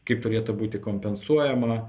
kaip turėtų būti kompensuojama